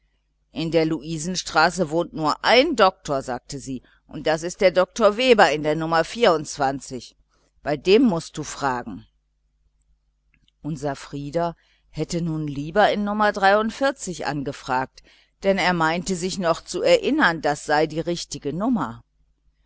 in der luisenstraße wohnt nur ein doktor sagte sie und das ist dr weber in nr bei dem mußt du fragen unser frieder hätte nun lieber in nr angefragt denn er meinte sich zu erinnern das sei die richtige nummer